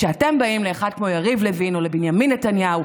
וכשאתם באים לאחד כמו יריב לוין או לבנימין נתניהו,